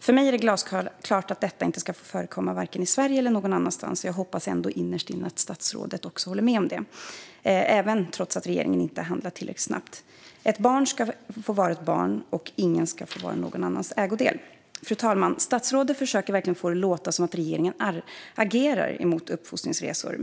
För mig är det glasklart att detta inte ska få förekomma vare sig i Sverige eller någon annanstans. Jag hoppas ändå innerst inne att statsrådet håller med om det, trots att regeringen inte har handlat tillräckligt snabbt. Ett barn ska få vara barn, och ingen ska vara någon annans ägodel. Fru talman! Statsrådet försöker verkligen få det att låta som att regeringen agerar mot uppfostringsresor.